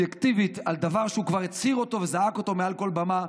אובייקטיבית על דבר שהוא כבר הצהיר אותו וזעק אותו מעל כל במה,